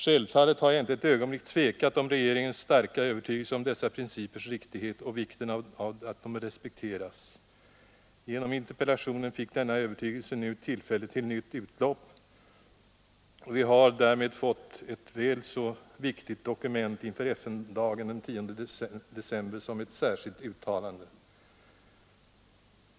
Självfallet har jag inte ett ögonblick tvivlat på regeringens starka övertygelse om dessa principers riktighet och vikten av att de respekteras. Genom interpellationen fick denna övertygelse nu tillfälle till nytt utlopp. Vi har därmed fått ett väl så viktigt dokument inför FN-dagen den 10 december som ett särskilt uttalande.